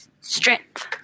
strength